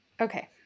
Okay